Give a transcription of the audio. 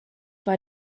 war